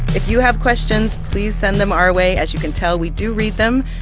if you have questions, please send them our way. as you can tell, we do read them.